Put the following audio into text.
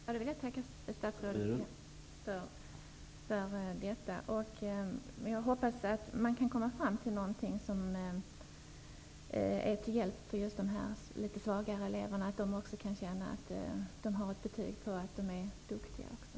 Herr talman! Jag vill tacka statsrådet för detta. Jag hoppas att man kan komma fram till något som är till hjälp för just dessa litet svagare elever, så att de också kan få ett betyg på att de är duktiga.